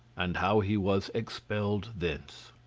and how he was expelled thence.